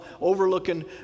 overlooking